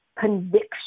conviction